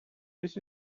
this